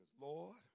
Lord